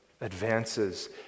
advances